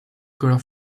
color